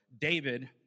David